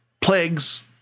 plagues